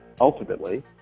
ultimately